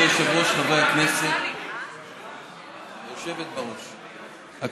גברתי היושבת בראש,